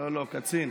לא, לא, קצין.